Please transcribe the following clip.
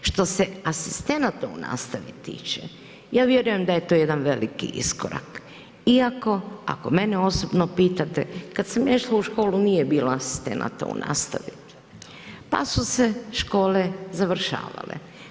Što se asistenata u nastavi tiče, ja vjerujem da je to jedan veliki iskorak, iako, ako mene osobno pitate, kad sam ja išla u školu nije bilo asistenata u nastavi pa su se škole završavale.